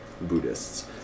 Buddhists